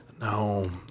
No